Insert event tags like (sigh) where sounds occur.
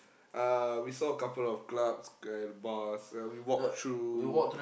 uh we saw a couple of clubs and bars and we walked through (noise)